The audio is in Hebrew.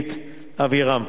אלמוגית אבירם.